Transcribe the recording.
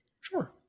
Sure